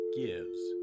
gives